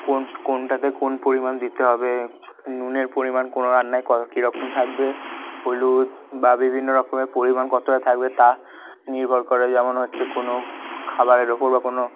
কোন কোনটাতে কোন পরিমাণ দিতে হবে নুনের পরিমাণ কোন রান্নায় কিরকম থাকবে হলুদ বা বিভিন্ন রকমের পরিমাণ কতটা থাকবে তা নির্ভর করে যেমন হচ্ছে কোনো খাবারের ওপর বা কোনো